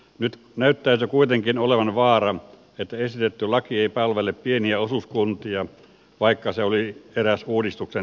nyt näyttäisi kuitenkin olevan vaara että esitetty laki ei palvele pieniä osuuskuntia vaikka se oli eräs uudistuksen tavoite